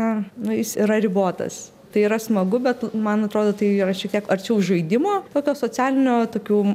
na na jis yra ribotas tai yra smagu bet man atrodo tai yra šiek tiek arčiau žaidimo tokio socialinio tokių